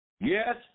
Yes